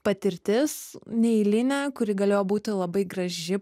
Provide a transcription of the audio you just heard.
patirtis neeilinė kuri galėjo būti labai graži